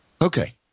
okay